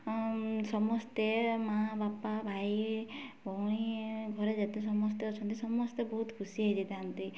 ସମସ୍ତେ ମାଁ ବାପା ଭାଇ ଭଉଣୀ ଘରେ ଯେତେ ସମସ୍ତେ ଅଛନ୍ତି ସମସ୍ତେ ବହୁତ ଖୁସି ହୋଇଯାଇଥାନ୍ତି